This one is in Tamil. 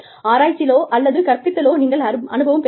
ஆராய்ச்சியிலோ அல்லது கற்பித்தலிலோ நீங்கள் அனுபவம் பெற வேண்டும்